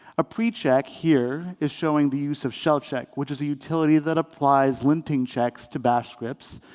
a pre-check here is showing the use of shellcheck, which is a utility that applies linting checks to bash scripts.